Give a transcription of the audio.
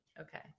Okay